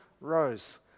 rose